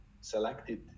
selected